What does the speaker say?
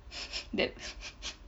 that